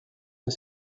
fer